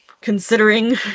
considering